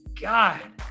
God